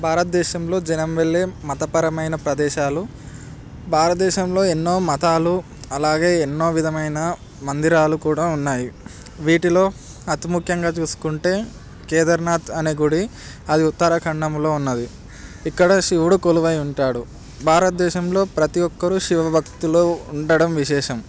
భారతదేశంలో జనం వెళ్ళే మతపరమైన ప్రదేశాలు భారతదేశంలో ఎన్నో మతాలు అలాగే ఎన్నో విధమైన మందిరాలు కూడా ఉన్నాయి వీటిలో అతి ముఖ్యంగా చూసుకుంటే కేదార్నాథ్ అనే గుడి అది ఉత్తరఖండములో ఉన్నది ఇక్కడ శివుడు కొలువై ఉంటాడు భారతదేశంలో ప్రతి ఒక్కరు శివ భక్తులు ఉండడం విశేషం